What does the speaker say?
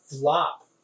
flop